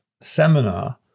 seminar